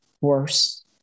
worse